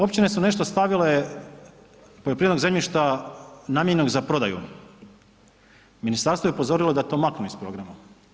Općine su nešto stavile poljoprivrednog zemljišta namijenjenog za prodaju, ministarstvo je upozorilo da to maknu iz programa.